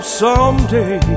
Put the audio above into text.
someday